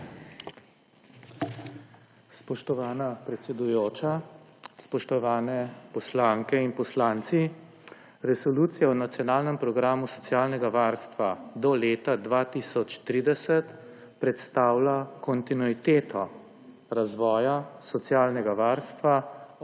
Spoštovana predsedujoča, spoštovane poslanke in poslanci! Resolucija o nacionalnem programu socialnega varstva do leta 2030 predstavlja kontinuiteto razvoja socialnega varstva od